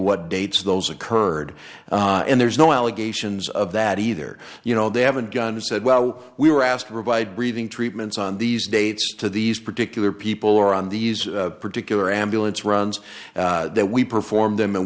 what dates those occurred and there's no allegations of that either you know they haven't gone or said well we were asked to provide breathing treatments on these dates to these particular people or on these particular ambulance runs that we perform them and